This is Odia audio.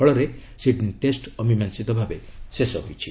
ଫଳରେ ସିଡ୍ନୀ ଟେଷ୍ଟ ଅମୀମାଂସିତ ଭାବେ ଶେଷ ହୋଇଛି